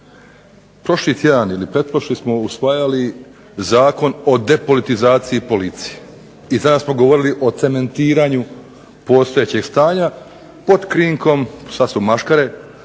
prošli tjedan ili pretprošli smo usvajali Zakon o depolitizaciji policije i tada smo govorili o cementiranju postojećeg stanja pod krinkom, sada su maškare,